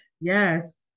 Yes